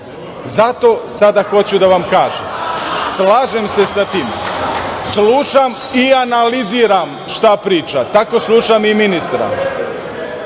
Zato sada hoću da vam kažem – slažem se sa tim slušam i analiziram šta priča, tako slušam i ministra. Hoću